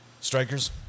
Strikers